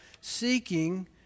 seeking